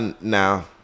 Now